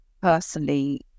personally